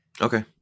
Okay